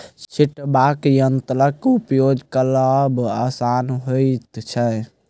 छिटबाक यंत्रक उपयोग करब आसान होइत छै